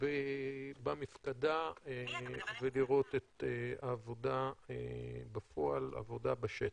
במפקדה כדי לראות את העבודה בפועל, העבודה בשטח.